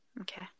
Okay